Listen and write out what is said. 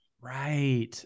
Right